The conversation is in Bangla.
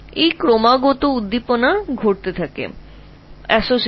এই ফায়ারিং বারবার সংঘটিত হতে থাকবে associative আকারে